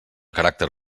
caràcter